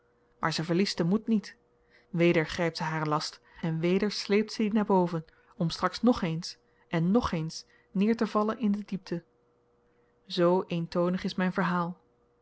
maar ze verliest den moed niet weder grypt ze haren last en weder sleept zy dien naar boven om straks ngeens en ngeens neertevallen in de diepte z eentonig is myn verhaal